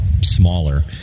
smaller